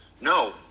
No